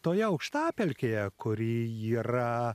toje aukštapelkėje kurį yra